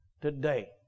today